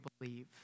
believe